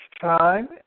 time